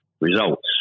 results